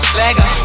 leggo